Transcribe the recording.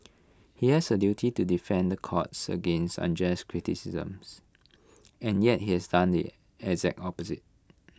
he has A duty to defend the courts against unjust criticisms and yet he has done the exact opposite